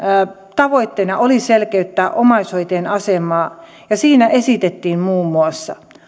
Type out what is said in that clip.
tavoitteena oli selkeyttää omaishoitajien asemaa ja siinä esitettiin muun muassa